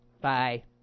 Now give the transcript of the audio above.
Bye